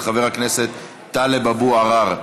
של חבר הכנסת טלב אבו עראר.